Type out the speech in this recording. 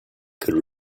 could